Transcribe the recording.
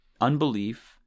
Unbelief